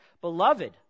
Beloved